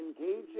engaging